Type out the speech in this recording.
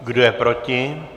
Kdo je proti?